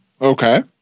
Okay